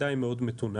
הירידה היא מאוד מתונה,